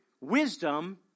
wisdom